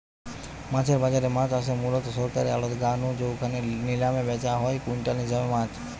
মাছের বাজারে মাছ আসে মুলত সরকারী আড়ত গা নু জউখানে নিলামে ব্যাচা হয় কুইন্টাল হিসাবে মাছ